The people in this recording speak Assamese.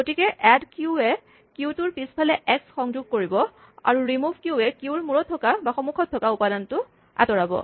গতিকে এড কিউ ৱে কিউটোৰ পিচফালে এক্স যোগ দিব আৰু ৰিমোভ কিউ ৱে কিউৰ মূৰত থকা উপাদানটো আঁতৰাব